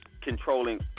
controlling